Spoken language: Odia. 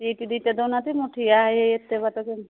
ସିଟ୍ ଦୁଇଟା ଦେଉ ନାହାନ୍ତି ମୁଁ ଠିଆ ହୋଇ ହୋଇ ଏତେ ବାଟ କେମିତି